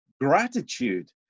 gratitude